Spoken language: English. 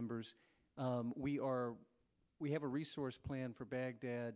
members we are we have a resource plan for baghdad